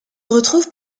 retrouvent